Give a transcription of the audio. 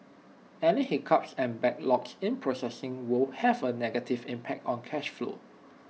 any hiccups and backlogs in processing will have A negative impact on cash flow